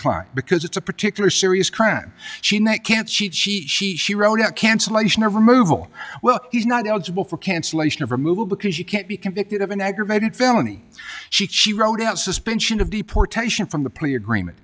client because it's a particular serious crime she not can't cheat she she she wrote out cancellation of removal well he's not eligible for cancellation of removal because you can't be convicted of an aggravated felony she wrote out suspension of deportation from the plea agreement